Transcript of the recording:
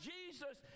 Jesus